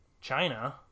China